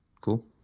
cool